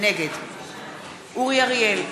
נגד אורי אריאל,